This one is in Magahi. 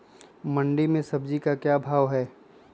मंडी में सब्जी का क्या भाव हैँ?